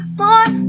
more